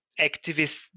activists